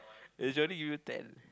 they should only give you ten